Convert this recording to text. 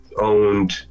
owned